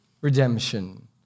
redemption